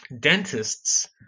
dentists